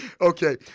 Okay